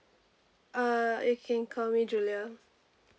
uh you can call me julia